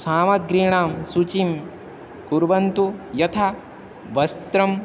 सामग्रीणां सूचिं कुर्वन्तु यथा वस्त्रम्